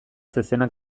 zezena